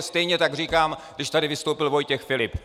Stejně tak říkám, když tady vystoupil Vojtěch Filip.